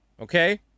Okay